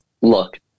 Look